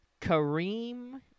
Kareem